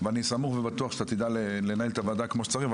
אני סמוך ובטוח שתדע לנהל את הוועדה כמו שצריך.